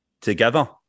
together